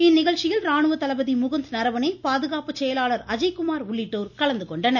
இந்நிகழ்ச்சியில் ராணுவத்தளபதி முகுந்த் நரவனே பாதுகாப்பு செயலாளர் அஜய்குமார் உள்ளிட்டோர் கலந்துகொண்டனர்